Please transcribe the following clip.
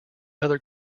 other